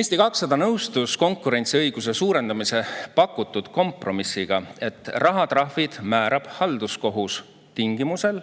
Eesti 200 nõustus konkurentsiõiguse suurendamise pakutud kompromissiga, et rahatrahvid määrab halduskohus tingimusel,